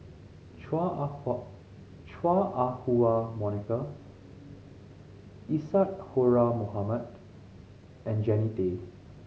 Chua Ah Hua Chua Ah Huwa Monica Isadhora Mohamed and Jannie Tay